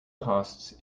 costs